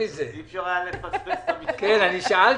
בבקשה.